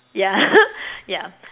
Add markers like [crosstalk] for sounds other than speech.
ya [laughs] ya